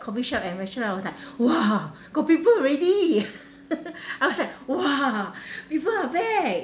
coffee shop and restaurant I was like !wah! got people already I was like !wah! people are back